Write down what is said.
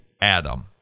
Adam